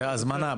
זו הזמנה,